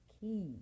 key